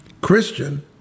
Christian